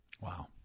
Wow